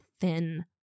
thin